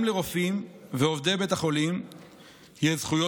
גם לרופאים ולעובדי בית החולים יש זכויות